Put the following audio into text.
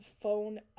phone